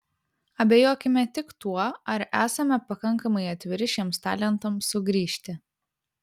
abejokime tik tuo ar esame pakankamai atviri šiems talentams sugrįžti